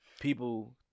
people